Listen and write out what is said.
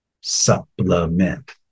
supplement